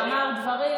הוא אמר דברים,